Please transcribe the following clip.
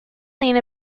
lane